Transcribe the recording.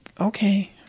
Okay